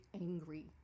angry